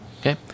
Okay